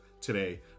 today